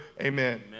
Amen